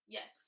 Yes